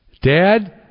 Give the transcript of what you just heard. Dad